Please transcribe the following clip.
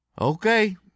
Okay